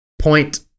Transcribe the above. point